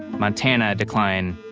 montana, decline.